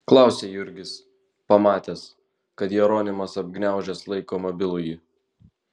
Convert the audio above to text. klausia jurgis pamatęs kad jeronimas apgniaužęs laiko mobilųjį